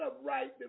upright